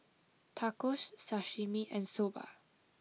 Tacos Sashimi and Soba